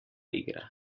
igra